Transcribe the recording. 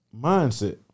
mindset